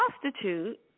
prostitute